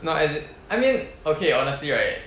no as I mean okay honestly right